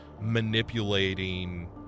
manipulating